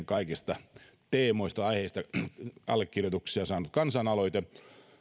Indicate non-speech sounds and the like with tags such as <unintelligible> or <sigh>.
<unintelligible> kaikista teemoista ja aiheista toiseksi eniten allekirjoituksia saanut kansanaloite